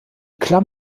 klamm